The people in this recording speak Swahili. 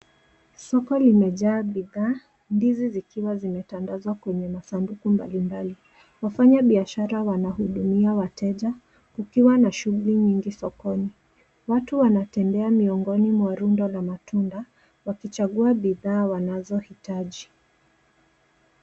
Soko limejaa bidhaa, ndizi zikiwa zimetandazwa kwenye masanduku mbalimbali. Wafanya biashara wanahudumia wateja kukiwa na shuguli nyingi sokoni. Watu wanatembea miongoni mwa rundo la matunda wakichagua bidhaa wanazohitaji.